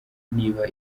niba